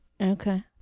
Okay